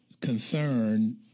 concern